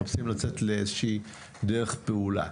מחפשים לצאת לאיזושהי דרך פעולה.